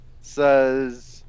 says